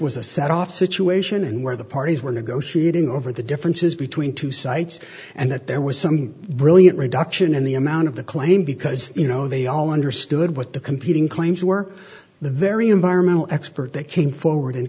was a set off situation and where the parties were negotiating over the differences between two sites and that there was some brilliant reduction in the amount of the claim because you know they all understood what the competing claims were the very environmental expert that came forward and